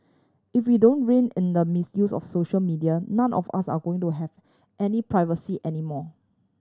if we don't rein in the misuse of social media none of us are going to have any privacy anymore